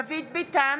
דוד ביטן,